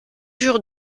jour